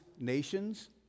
nations